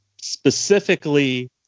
specifically